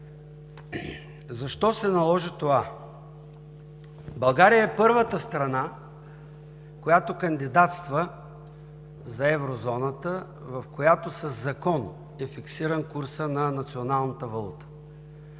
Защо се наложи това? България е първата страна, която кандидатства за Еврозоната, в която със закон е фиксиран курсът на националната валута.